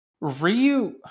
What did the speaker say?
Ryu